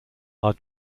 are